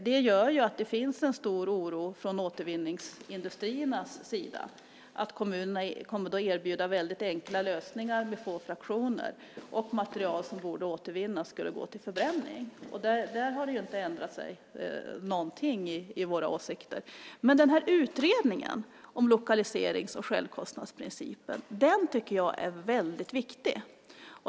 Det gör att det finns en stor oro från Återvinningsindustriernas sida för att kommunerna kommer att erbjuda väldigt enkla lösningar med få fraktioner och att material som borde återvinnas skulle gå till förbränning. Där har det inte ändrats någonting i våra åsikter. Utredningen om lokaliserings och självkostnadsprincipen tycker jag är väldigt viktig.